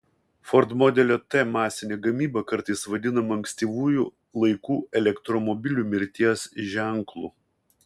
ford modelio t masinė gamyba kartais vadinama ankstyvųjų laikų elektromobilių mirties ženklu